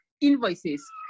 invoices